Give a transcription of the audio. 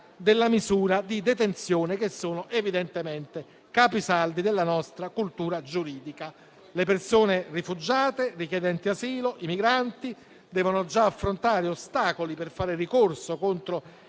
della misura di detenzione, che sono evidentemente capisaldi della nostra cultura giuridica. Le persone rifugiate richiedenti asilo, i migranti devono già affrontare ostacoli per fare ricorso contro il